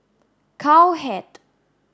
cow head